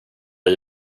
dig